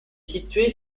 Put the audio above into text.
située